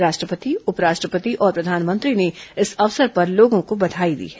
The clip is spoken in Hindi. राष्ट्रपति उप राष्ट्रपति और प्रधानमंत्री ने इस अवसर पर लोगों को बघाई दी है